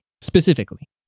Specifically